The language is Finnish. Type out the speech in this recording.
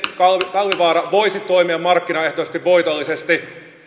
talvivaara voisi toimia markkinaehtoisesti voitollisesti